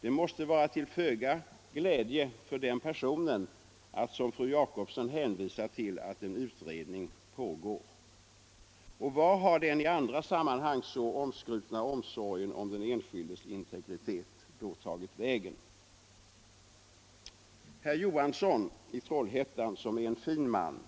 Det måste vara till föga glädje för vederbörande att man, som fru Jacobsson gör, hänvisar till att en utredning pågår. Vart har den i andra sammanhang så omskrutna omsorgen om den enskildes integritet då tagit vägen? Herr Johansson i Trollhättan, som är en fin man,